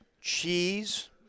Cheese